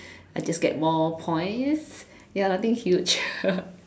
I just get more points ya nothing huge